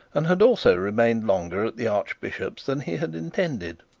and had also remained longer at the archbishop's than he had intended.